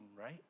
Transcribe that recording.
right